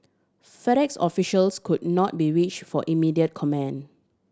FedEx officials could not be reach for immediate comment